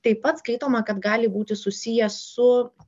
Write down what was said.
taip pat skaitoma kad gali būti susiję su